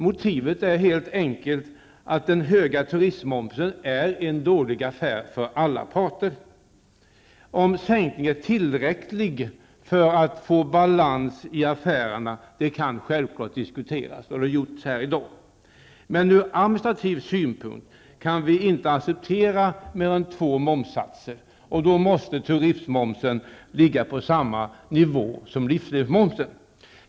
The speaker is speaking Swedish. Motivet är helt enkelt att den höga turistmomsen är en dålig affär för alla parter. Om sänkningen är tillräcklig för att få balans i affärerna kan självklart diskuteras, och det har gjorts här i dag. Men ur administrativ synpunkt kan vi inte acceptera mer än två momssatser, och då måste turistmomsen ligga på samma nivå som livsmedelsmomsen.